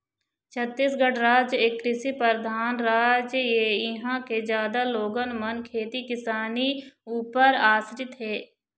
छत्तीसगढ़ राज एक कृषि परधान राज ऐ, इहाँ के जादा लोगन मन खेती किसानी ऊपर आसरित हे